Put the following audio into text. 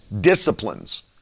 disciplines